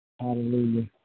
Hallelujah